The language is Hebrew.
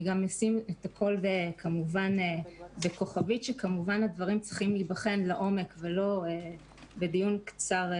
אני שמה הכול בכוכבית כי הדברים צריכים להיבחן לעומק ולא בדיון קצר.